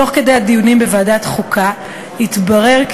תוך כדי הדיונים בוועדת החוקה התברר כי